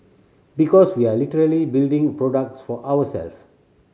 because we are literally building products for ourselves